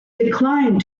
declined